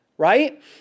right